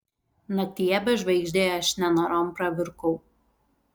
naktyje bežvaigždėje aš nenorom pravirkau